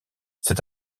c’est